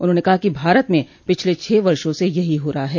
उन्होंने कहा कि भारत में पिछले छह वर्षों से यही हो रहा है